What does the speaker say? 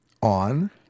On